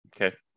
Okay